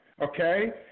okay